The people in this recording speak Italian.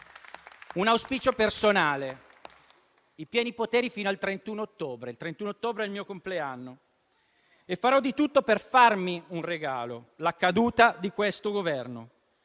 un auspicio personale. I pieni poteri fino al 31 ottobre, il giorno del mio compleanno. Farò dunque di tutto per farmi un regalo: la caduta di questo Governo,